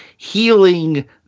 healing